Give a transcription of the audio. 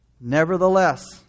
Nevertheless